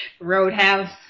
Roadhouse